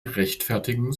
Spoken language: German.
rechtfertigen